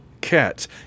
cats